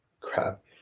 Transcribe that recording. Crap